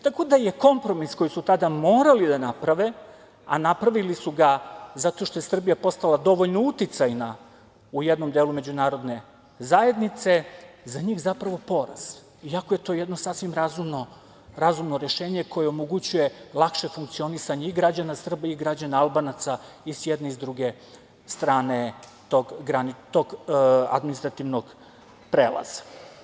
Tako da je kompromis koji su tada morali da naprave a napravili su ga zato što je Srbija postala dovoljno uticajna u jednom delu međunarodne zajednice za njih zapravo poraz, iako je to jedno sasvim razumno rešenje koje omogućuje lakše funkcionisanje i građana Srbije i građana Albanaca i s jedne i s druge strane tog administrativnog prelaza.